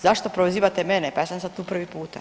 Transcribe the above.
Zašto prozivate mene, pa ja sam sad tu prvi puta.